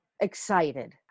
excited